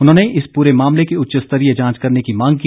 उन्होंने इस पूरे मामले की उच्च स्तरीय जांच करने की मांग की